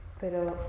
pero